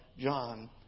John